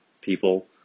people